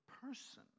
person